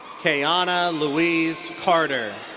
kayanna louise carter.